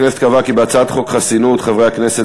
הכנסת קבעה כי בהצעת חוק חסינות חברי הכנסת,